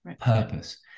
purpose